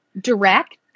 direct